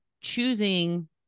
choosing